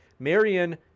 Marion